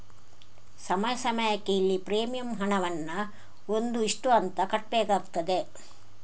ಸಮಯ ಸಮಯಕ್ಕೆ ಇಲ್ಲಿ ಪ್ರೀಮಿಯಂ ಹಣವನ್ನ ಒಂದು ಇಷ್ಟು ಅಂತ ಕಟ್ಬೇಕಾಗ್ತದೆ